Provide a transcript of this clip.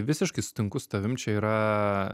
visiškai sutinku su tavim čia yra